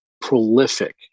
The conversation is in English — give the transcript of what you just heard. prolific